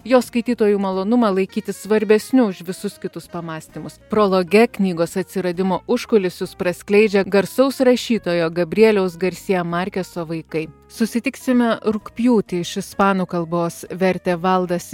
jo skaitytojų malonumą laikyti svarbesniu už visus kitus pamąstymus prologe knygos atsiradimo užkuliusius praskleidžia garsaus rašytojo gabrieliaus garsėja markeso vaikai susitiksime rugpjūtį iš ispanų kalbos vertė valdas